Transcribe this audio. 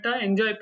enjoy